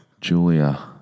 Julia